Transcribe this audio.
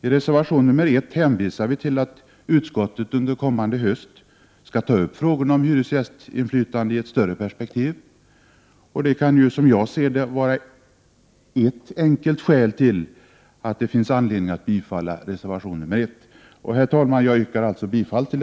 I reservationen hänvisar vi till att utskottet under kommande höst skall ta upp frågorna i ett större perspektiv. Det ger ett enkelt skäl till att bifalla reservation 1, som jag alltså yrkar bifall till.